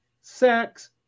sex